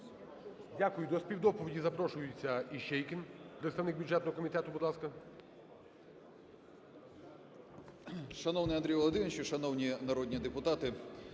Дякую. До співдоповіді запрошується Іщейкін, представник бюджетного комітету, будь ласка.